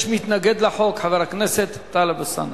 יש מתנגד לחוק, חבר הכנסת טלב אלסאנע.